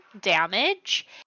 damage